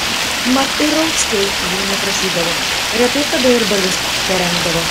mat ir rauckiai jų neprašydavo retai kada ir balius terengdavo